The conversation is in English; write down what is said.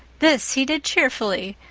this he did cheerfully,